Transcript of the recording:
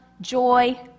joy